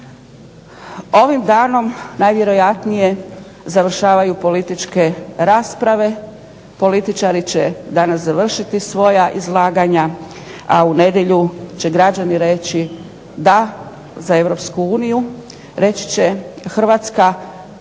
Ovim danom najvjerojatnije završavaju političke rasprave, političari će danas završiti svoja izlaganja, a u nedjelju će Hrvatski građani reći DA za Europsku uniju, reći će Hrvatskoj